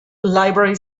library